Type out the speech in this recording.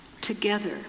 together